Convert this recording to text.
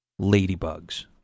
ladybugs